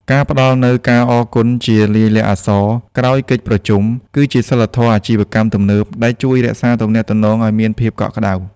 ការផ្តល់នូវ "ការអរគុណជាលាយលក្ខណ៍អក្សរ" ក្រោយកិច្ចប្រជុំ គឺជាសីលធម៌អាជីវកម្មទំនើបដែលជួយរក្សាទំនាក់ទំនងឱ្យមានភាពកក់ក្ដៅ។